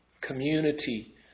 community